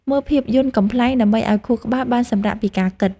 មើលភាពយន្តកំប្លែង ដើម្បីឱ្យខួរក្បាលបានសម្រាកពីការគិត។